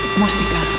música